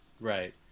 Right